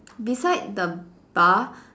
beside the bar